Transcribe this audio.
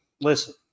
Listen